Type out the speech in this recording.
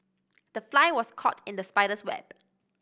the fly was caught in the spider's web